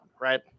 right